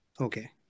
Okay